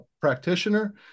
practitioner